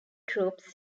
troops